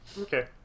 okay